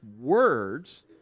words